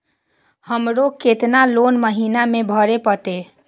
हमरो केतना लोन महीना में भरे परतें?